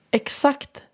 exakt